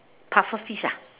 pufferfish ah